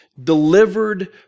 Delivered